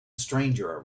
stranger